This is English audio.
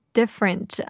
different